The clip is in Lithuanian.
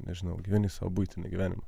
nežinau gyveni sau buitinį gyvenimą